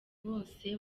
bose